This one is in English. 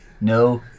No